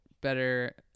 better